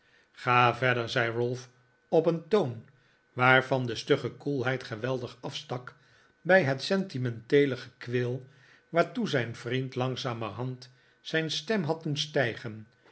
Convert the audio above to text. ga verder zei ralph op een toon waarvan de stugge koelheid geweldig afstak bij het sentimenteele gekweel waartoe zijn vriend langzamerhand zijn stem had doen stijgen